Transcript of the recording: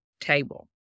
table